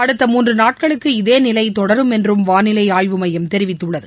அடுத்த மூன்று நாட்களுக்கு இதே நிலை தொடரும் என்றும் வானிலை ஆய்வு மையம் தெரிவித்துள்ளது